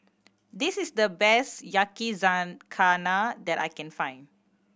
this is the best Yakizakana that I can find